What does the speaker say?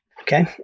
Okay